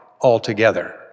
altogether